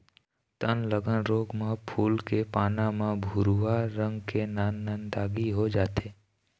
तनगलन रोग म फूल के पाना म भूरवा रंग के नान नान दागी हो जाथे